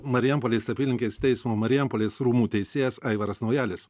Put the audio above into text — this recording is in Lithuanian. marijampolės apylinkės teismo marijampolės rūmų teisėjas aivaras naujalis